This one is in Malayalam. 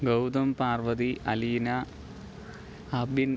ഗൗതം പാർവ്വതി അലീന അബിൻ